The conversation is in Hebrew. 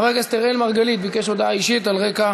חבר הכנסת אראל מרגלית ביקש הודעה אישית על רקע